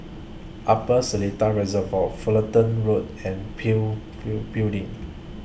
Upper Seletar Reservoir Fulton Road and PIL few Building